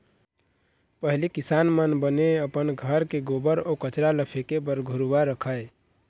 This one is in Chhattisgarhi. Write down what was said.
पहिली किसान मन बने अपन घर के गोबर अउ कचरा ल फेके बर घुरूवा रखय